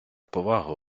повагу